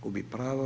Gubi pravo.